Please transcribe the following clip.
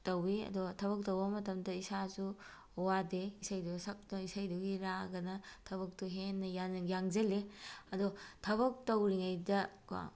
ꯇꯧꯏ ꯑꯗꯨꯒ ꯊꯕꯛ ꯇꯧꯕ ꯃꯇꯝꯗ ꯏꯁꯥꯁꯨ ꯋꯥꯗꯦ ꯏꯁꯩꯗꯨ ꯁꯛꯇꯅ ꯏꯁꯩꯗꯨꯒꯤ ꯔꯥꯒꯗ ꯊꯕꯛꯇꯨ ꯍꯦꯟꯅ ꯌꯥꯡꯁꯤꯜꯂꯤ ꯑꯗꯣ ꯊꯕꯛ ꯇꯧꯔꯤꯉꯩꯗꯀꯣ